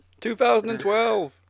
2012